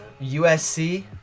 USC